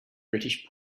british